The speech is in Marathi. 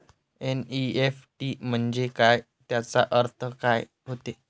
एन.ई.एफ.टी म्हंजे काय, त्याचा अर्थ काय होते?